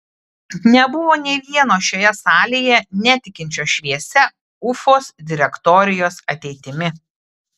nebuvo nė vieno šioje salėje netikinčio šviesia ufos direktorijos ateitimi